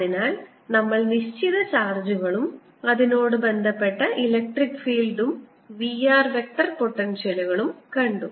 അതിനാൽ നമ്മൾ നിശ്ചിത ചാർജുകളും ബന്ധപ്പെട്ട ഇലക്ട്രിക് ഫീൽഡും v r വെക്റ്റർ പൊട്ടൻഷ്യലുകളും മറ്റും കണ്ടു